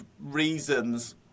reasons